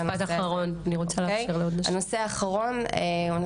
משפט אחרון, בבקשה.